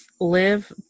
Live